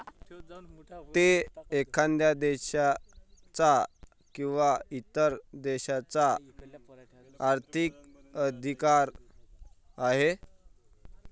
तो एखाद्या देशाचा किंवा इतर प्रदेशाचा आर्थिक अधिकार आहे